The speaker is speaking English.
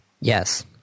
Yes